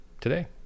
today